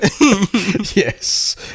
yes